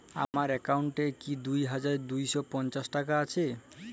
আমার অ্যাকাউন্ট এ কি দুই হাজার দুই শ পঞ্চাশ টাকা আছে?